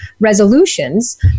resolutions